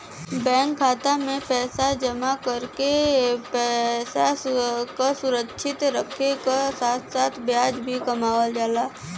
bank खाता में पैसा जमा करके पैसा क सुरक्षित रखे क साथ साथ ब्याज भी कमावल जाला